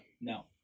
No